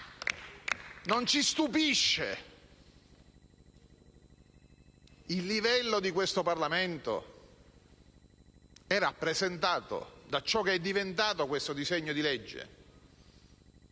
non ci stupisce. Il livello del Parlamento è rappresentato da ciò che è diventato questo disegno di legge.